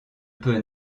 peux